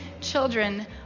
children